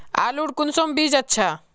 आलूर कुंसम बीज अच्छा?